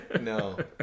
No